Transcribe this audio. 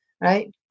right